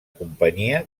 companyia